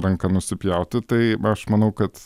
ranką nusipjauti tai aš manau kad